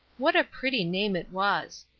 what a pretty name that was.